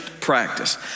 practice